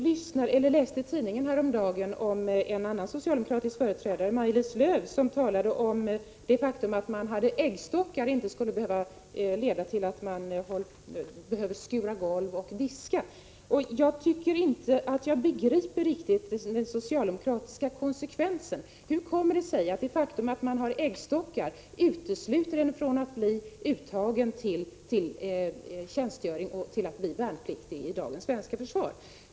Herr talman! Jag läste i tidningen häromdagen om en annan socialdemokratisk företrädare, Maj-Lis Lööw, som sade att det faktum att man hade äggstockar inte skulle behöva leda till att man måste skura golv och diska. Jag begriper inte riktigt den socialdemokratiska konsekvensen. Hur kommer det sig att det faktum att man har äggstockar utesluter en från att bli uttagen till tjänstgöring och från att bli värnpliktig i dagens svenska försvar?